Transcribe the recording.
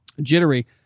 jittery